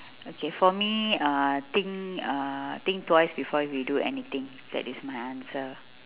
okay for me uh think uh think twice before you do anything that is my answer